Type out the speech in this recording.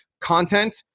content